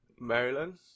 Maryland